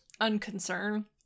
unconcern